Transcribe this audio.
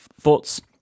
thoughts